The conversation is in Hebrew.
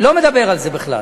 לא מדבר על זה בכלל.